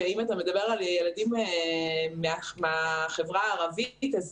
ואם אתה מדבר על ילדים מהחברה הערבית אז